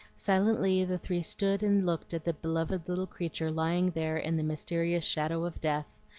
silently the three stood and looked at the beloved little creature lying there in the mysterious shadow of death,